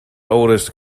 oldest